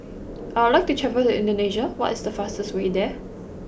I would like to travel to Indonesia what is the fastest way there